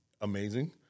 Amazing